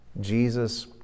jesus